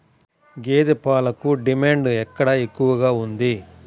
గేదె పాలకు డిమాండ్ ఎక్కడ ఎక్కువగా ఉంది?